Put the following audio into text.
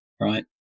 right